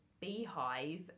beehive